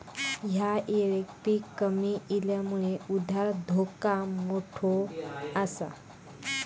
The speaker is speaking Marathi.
ह्या येळेक पीक कमी इल्यामुळे उधार धोका मोठो आसा